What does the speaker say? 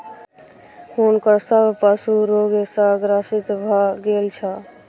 हुनकर सभ पशु रोग सॅ ग्रसित भ गेल छल